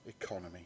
economy